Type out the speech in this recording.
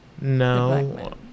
No